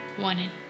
wanted